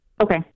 Okay